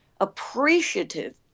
appreciative